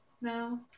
No